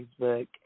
Facebook